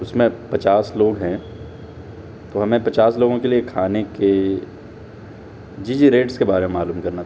اس میں پچاس لوگ ہیں تو ہمیں پچاس لوگوں کے لیے کھانے کے جی جی ریٹس کے بارے میں معلوم کرنا